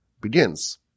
begins